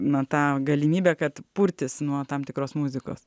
na tą galimybę kad purtys nuo tam tikros muzikos